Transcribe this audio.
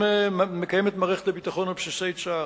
שמקיימת מערכת הביטחון בבסיסי צה"ל,